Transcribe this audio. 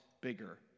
bigger